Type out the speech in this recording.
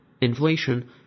inflation